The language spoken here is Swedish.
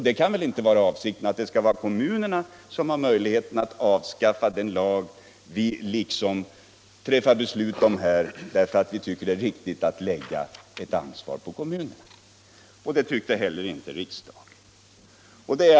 Det kan inte vara avsikten att kommunerna skall avskaffa den lag vi beslutar om här, och det tyckte heller inte riksdagen.